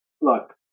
look